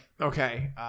Okay